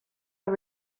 are